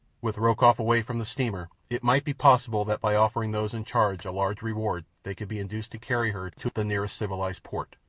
with rokoff away from the steamer it might be possible that by offering those in charge a large reward they could be induced to carry her to the nearest civilized port.